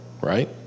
right